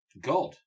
God